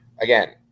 Again